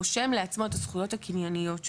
רושם לעצמו את הזכויות הקנייניות שלו.